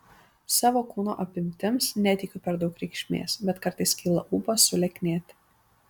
savo kūno apimtims neteikiu per daug reikšmės bet kartais kyla ūpas sulieknėti